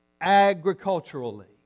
agriculturally